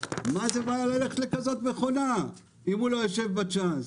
מה זאת בעיה ללכת לכזאת מכונה אם הוא לא יושב בצ'אנס?